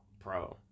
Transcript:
Pro